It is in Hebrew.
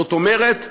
זאת אומרת,